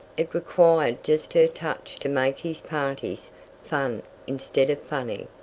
it required just her touch to make his parties fun instead of funny.